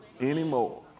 anymore